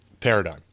paradigm